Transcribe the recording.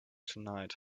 tonight